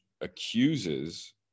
accuses